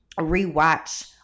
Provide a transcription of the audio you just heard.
re-watch